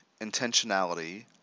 intentionality